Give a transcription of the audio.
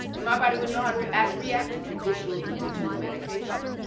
my body would not react react to traditional conventional medication.